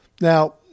Now